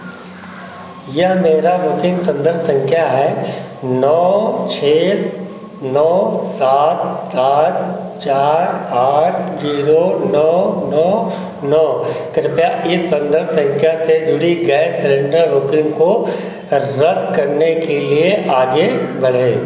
यह मेरा बुकिंग संदर्भ संख्या है नौ छः नौ सात सात चार आठ जीरो नौ नौ नौ कृपया इस संदर्भ संख्या से जुड़ी गैस सिलेंडर बुकिंग को र द्द करने के लिए आगे बढ़ें